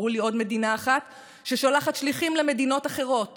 הראו לי עוד מדינה אחת ששולחת שליחים למדינות אחרות